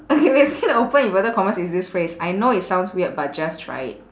okay basically the open inverted commas is this phrase I know it sounds weird but just try it